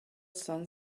son